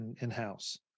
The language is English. in-house